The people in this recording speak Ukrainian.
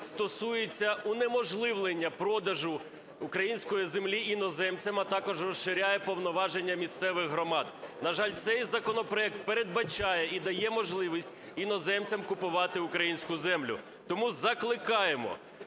стосується унеможливлення продажу української землі іноземцям, а також розширює повноваження місцевих громад. На жаль, цей законопроект передбачає і дає можливість іноземцям купувати українську землю. Тому закликаємо